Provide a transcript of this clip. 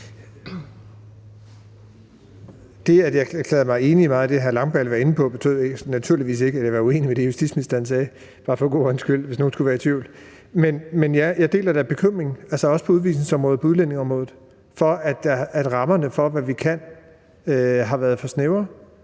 Det, at jeg erklærede mig enig i meget af det, hr. Christian Langballe var inde på, betyder naturligvis ikke, at jeg er uenig i det, justitsministeren sagde. Det er bare for god ordens skyld, og hvis nogen skulle være i tvivl. Men jeg deler da bekymringen også på udvisnings- og udlændingeområdet for, at rammerne for, hvad vi kan, har været for snævre.